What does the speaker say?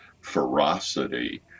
ferocity